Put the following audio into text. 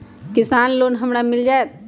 किसान लोन हमरा मिल जायत?